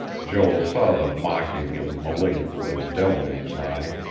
joel saw the mocking and malignant little devil in his eye.